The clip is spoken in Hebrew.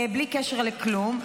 בלי קשר לכלום,